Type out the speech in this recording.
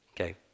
Okay